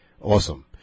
awesome